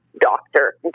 doctor